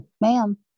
ma'am